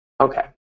Okay